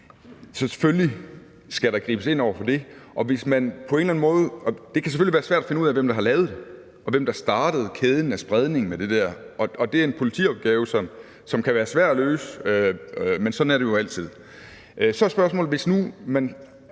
Selvfølgelig skal der gribes ind over for det. Det kan selvfølgelig være svært at finde ud af, hvem der har lavet det, og hvem der startede kæden af spredning af det. Det er en politiopgave, som kan være svær at løse, men sådan er det jo altid. Så er spørgsmålet: Hvis nu man